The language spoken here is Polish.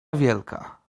wielka